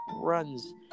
runs